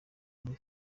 muri